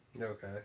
Okay